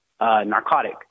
narcotic